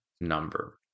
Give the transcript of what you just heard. number